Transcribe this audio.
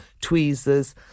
tweezers